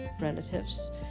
relatives